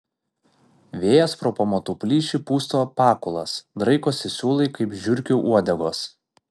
vėjas pro pamatų plyšį pusto pakulas draikosi siūlai kaip žiurkių uodegos